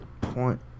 point